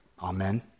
Amen